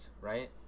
right